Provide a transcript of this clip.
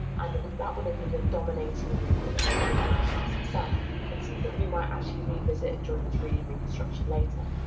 and that would have been the dominating room in the medieval manor house itself and something that we might actually revisit during the three d reconstruction later.